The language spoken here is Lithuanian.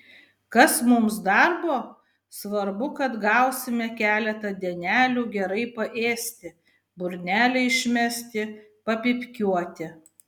kas mums darbo svarbu kad gausime keletą dienelių gerai paėsti burnelę išmesti papypkiuoti